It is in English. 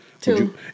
two